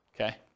okay